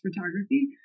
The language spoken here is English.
photography